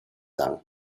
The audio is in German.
sang